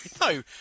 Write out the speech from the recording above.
no